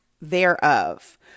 thereof